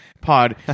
pod